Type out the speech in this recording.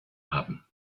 haben